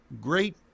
great